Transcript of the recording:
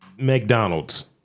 McDonald's